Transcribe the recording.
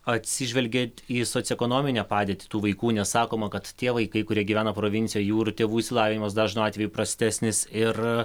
atsižvelgiat į socioekonominę padėtį tų vaikų nes sakoma kad tie vaikai kurie gyvena provincijoj jų ir tėvų išsilavinimas dažnu atveju prastesnis ir